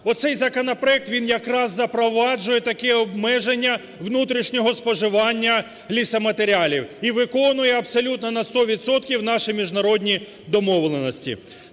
Оцей законопроект він якраз запроваджує таке обмеження внутрішнього споживання лісоматеріалів і виконує абсолютно на 100 відсотків наші міжнародні домовленості.